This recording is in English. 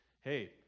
hey